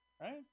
right